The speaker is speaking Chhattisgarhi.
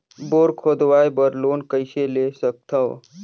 बोर खोदवाय बर लोन कइसे ले सकथव?